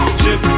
chip